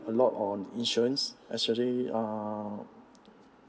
a lot on insurance actually uh